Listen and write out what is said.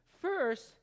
First